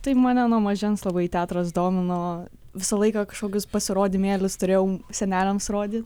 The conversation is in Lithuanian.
tai mane nuo mažens labai teatras domino visą laiką kažkokius pasirodymėlius turėjau seneliams rodyt